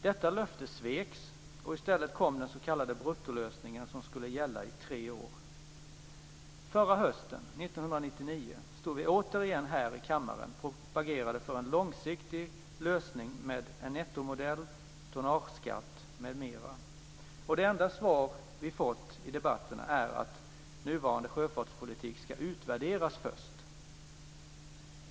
Detta löfte sveks och i stället kom den s.k. 1999, stod vi återigen i kammaren och propagerade för en långsiktig lösning med en nettomodell, tonnageskatt m.m. Det enda svar vi har fått i debatterna är att nuvarande sjöfartspolitik ska utvärderas först.